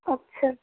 अच्छा